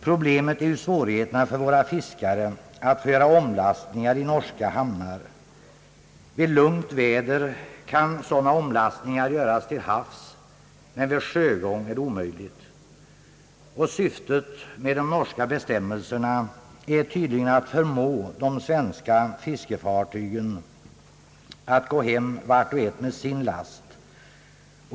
Problemet är ju svårigheterna för våra fiskare att få göra omlastningar i norska hamnar, Vid lugnt väder kan sådana omlastningar göras till havs, men vid sjögång är det omöjligt. Syftet med de norska bestämmelserna är tydligen att förmå de svenska fiskefartygen att gå hem vart och ett med sin last.